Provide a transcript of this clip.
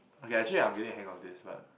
okay actually I'm getting a hang of this but